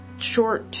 short